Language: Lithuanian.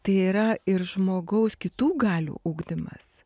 tai yra ir žmogaus kitų galių ugdymas